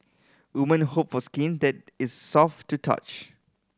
women hope for skin that is soft to touch